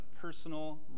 personal